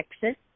Texas